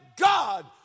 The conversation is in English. God